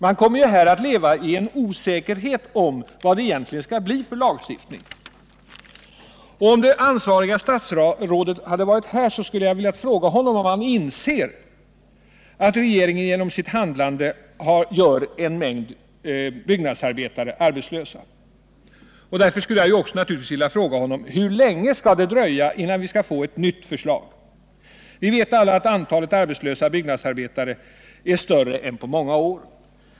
Man kommer att leva i osäkerhet om vad det egentligen skall bli för lagstiftning. Om det ansvariga statsrådet hade varit här skulle jag ha velat fråga om han inte inser att regeringen genom sitt handlande gör en mängd byggnadsarbetare arbetslösa. Jag skulle också naturligtvis vilja fråga honom hur länge det kommer att dröja innan vi får ett nytt förslag. Vi vet alla att antalet arbetslösa byggnadsarbetare nu är större än på många år.